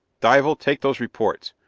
dival, take those reports.